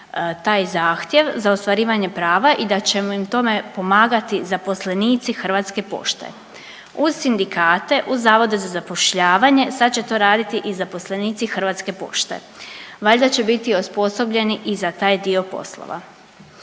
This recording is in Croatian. taj zahtjev za ostvarivanjem prava i da će im u tome pomagati zaposlenici Hrvatske pošte. Uz sindikate, uz zavode za zapošljavanje sad će to raditi i zaposlenici Hrvatske pošte, valjda će biti osposobljeni i za taj dio poslova.